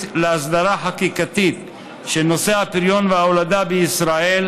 להסדרה חקיקתית של נושא הפריון וההולדה בישראל